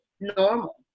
normal